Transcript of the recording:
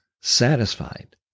satisfied